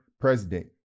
president